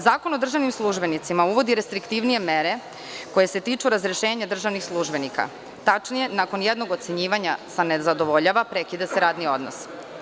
Zakon o državnim službenicima uvodi restriktivnije mere koje se tiču razrešenja državnih službenika, tačnije nakon jednog ocenjivanja sa – nezadovoljava, prekida se radni odnos.